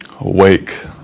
Awake